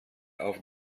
auf